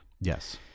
Yes